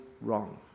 wrong